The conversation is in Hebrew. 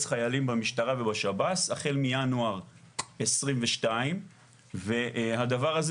חיילים במשטרה ובשב"ס החל מינואר 2022 והדבר הזה